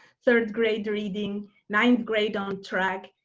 third grade reading ninth grade on track,